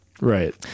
Right